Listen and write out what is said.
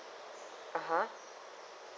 (uh huh)